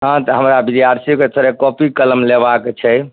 हँ तऽ हमरा विद्यार्थीओ कऽ थोड़े कॉपी कलम लेबाक छै